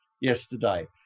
yesterday